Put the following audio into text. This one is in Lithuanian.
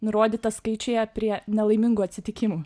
nurodyta skaičiuje prie nelaimingų atsitikimų